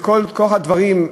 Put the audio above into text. מכוח הדברים,